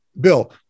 Bill